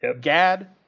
Gad